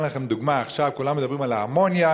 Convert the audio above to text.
אתן לכם דוגמה: עכשיו כולם מדברים על האמוניה.